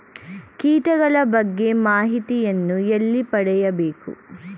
ಕೀಟಗಳ ಬಗ್ಗೆ ಮಾಹಿತಿಯನ್ನು ಎಲ್ಲಿ ಪಡೆಯಬೇಕು?